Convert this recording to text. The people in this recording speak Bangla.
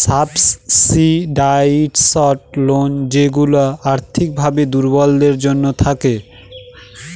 সাবসিডাইসড লোন যেইগুলা আর্থিক ভাবে দুর্বলদের জন্য থাকে